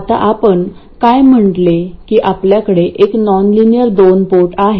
आता आपण काय म्हटले की आपल्याकडे एक नॉनलिनियर दोन पोर्ट आहे